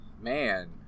Man